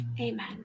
Amen